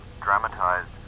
dramatized